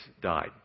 died